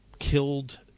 killed